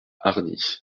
hargnies